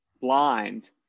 blind